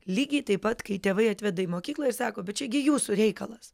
lygiai taip pat kai tėvai atveda į mokyklą ir sako bet čia gi jūsų reikalas